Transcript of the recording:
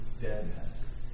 deadness